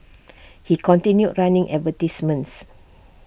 he continued running advertisements